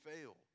fail